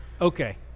Okay